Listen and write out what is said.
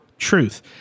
truth